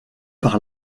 par